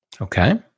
Okay